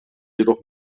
jedoch